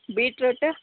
beetroot